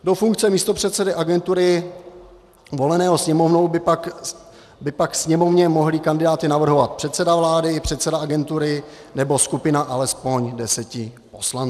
Do funkce místopředsedy agentury voleného Sněmovnou by pak Sněmovně mohli navrhovat předseda vlády i předseda agentury nebo skupina alespoň deseti poslanců.